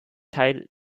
teil